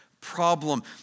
Problem